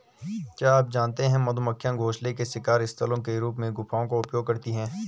क्या आप जानते है मधुमक्खियां घोंसले के शिकार स्थलों के रूप में गुफाओं का उपयोग करती है?